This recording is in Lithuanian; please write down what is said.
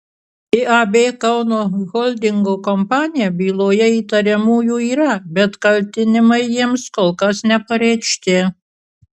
iab kauno holdingo kompanija byloje įtariamųjų yra bet kaltinimai jiems kol kas nepareikšti